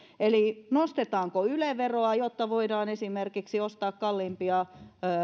eli nostetaanko yle veroa jotta voidaan esimerkiksi ostaa kalliimpia